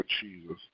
Jesus